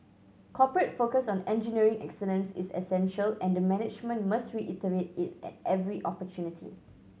corporate focus on engineering excellence is essential and the management must reiterate it at every opportunity